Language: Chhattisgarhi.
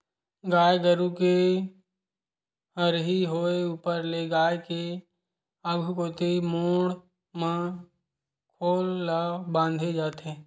गाय गरु के हरही होय ऊपर ले गाय के आघु कोती गोड़ म खोल ल बांधे जाथे